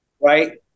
Right